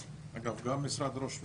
אגב גם משרד ראש הממשלה,